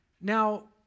Now